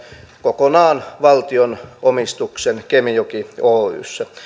kokonaan valtion omistuksen kemijoki oyssä